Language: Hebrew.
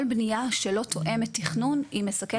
כל בנייה שלא תואמת תכנון היא מסכלת תכנון.